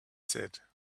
said